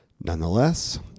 Nonetheless